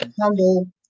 humble